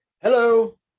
Hello